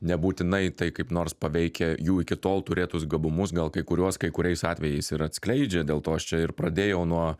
nebūtinai tai kaip nors paveikia jų iki tol turėtus gabumus gal kai kuriuos kai kuriais atvejais ir atskleidžia dėl to aš čia ir pradėjau nuo